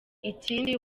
ikindi